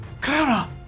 Clara